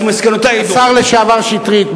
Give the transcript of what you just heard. השר לשעבר שטרית,